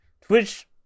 Twitch